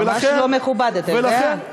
זה ממש לא מכובד, אתה יודע.